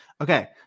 Okay